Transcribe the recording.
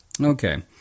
Okay